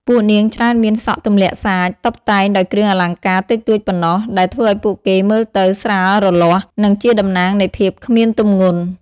ពួកនាងច្រើនមាន សក់ទម្លាក់សាច តុបតែងដោយគ្រឿងអលង្ការតិចតួចប៉ុណ្ណោះ ដែលធ្វើឱ្យពួកគេមើលទៅស្រាលរលាស់ និងជាតំណាងនៃភាពគ្មានទម្ងន់។